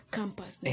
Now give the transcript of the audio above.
campus